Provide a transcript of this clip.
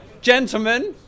Gentlemen